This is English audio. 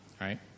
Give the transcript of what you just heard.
right